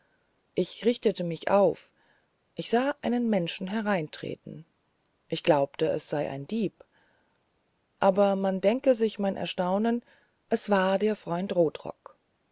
ich richtete mich auf ich sah einen menschen hereintreten ich glaubte es sei ein dieb aber man denke sich mein erstaunen es war der freund rotrock